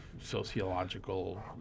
sociological